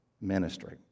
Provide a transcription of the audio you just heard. ministry